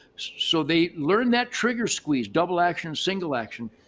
so they learn that trigger squeeze, double action, single action.